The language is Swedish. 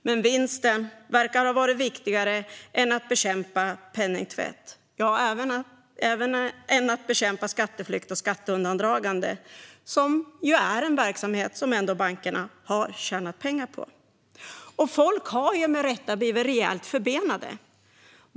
Men vinsten verkar ha varit viktigare än att bekämpa penningtvätt - ja, även viktigare än att bekämpa skatteflykt och skatteundandragande, som är en verksamhet som bankerna tjänat pengar på. Folk har med rätta blivit rejält förbenade.